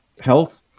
health